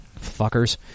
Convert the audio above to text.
fuckers